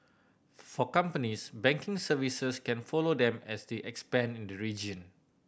for companies banking services can follow them as they expand in the region